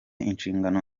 inshingano